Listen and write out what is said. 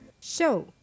show